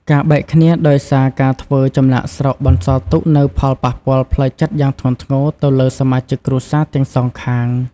ការបែកគ្នាដោយសារការធ្វើចំណាកស្រុកបន្សល់ទុកនូវផលប៉ះពាល់ផ្លូវចិត្តយ៉ាងធ្ងន់ធ្ងរទៅលើសមាជិកគ្រួសារទាំងសងខាង។